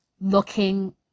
looking